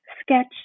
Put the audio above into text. sketch